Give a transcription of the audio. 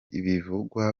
bivugwa